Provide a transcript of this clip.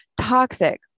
toxic